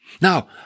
Now